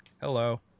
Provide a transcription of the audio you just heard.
Hello